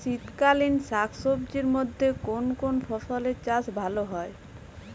শীতকালীন শাকসবজির মধ্যে কোন কোন ফসলের চাষ ভালো হয়?